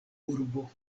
urbo